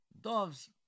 doves